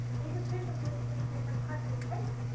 these are two completely different types of cake.